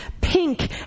pink